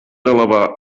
elevar